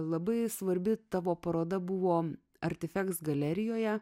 labai svarbi tavo paroda buvo artifeks galerijoje